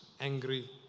angry